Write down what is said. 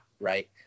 right